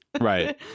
Right